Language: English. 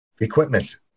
equipment